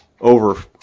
over